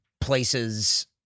places